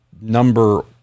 number